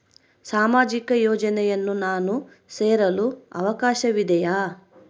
ಸಾಮಾಜಿಕ ಯೋಜನೆಯನ್ನು ನಾನು ಸೇರಲು ಅವಕಾಶವಿದೆಯಾ?